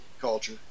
culture